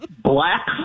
Black